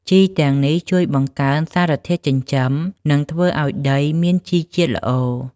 ជីទាំងនេះជួយបង្កើនសារធាតុចិញ្ចឹម និងធ្វើឲ្យដីមានជីជាតិល្អ។